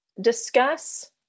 discuss